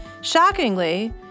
Shockingly